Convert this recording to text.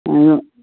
ꯑꯗꯣ